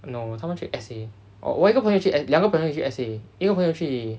no 他们去 S_A 我有一个朋友两个朋友去 S_A 一个朋友去